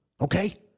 Okay